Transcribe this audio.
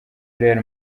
real